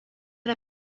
der